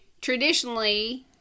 traditionally